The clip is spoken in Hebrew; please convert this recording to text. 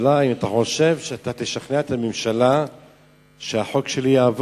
שמלים על שטרות המבטאות את ביטחון העם